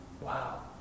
Wow